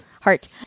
heart